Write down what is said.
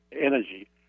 energy